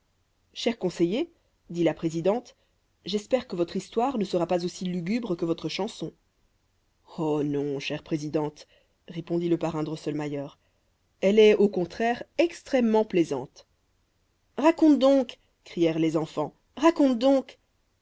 cher conseiller dit la présidente j'espère que votre histoire ne sera pas aussi lugubre que votre chanson oh non chère présidente répondit le parrain drosselmayer elle est au contraire extrêmement plaisante raconte donc crièrent les enfants raconte donc